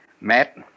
Matt